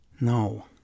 No